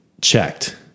checked